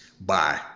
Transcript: Bye